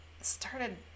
started